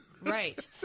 Right